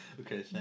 Okay